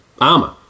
armor